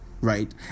right